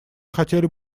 хотели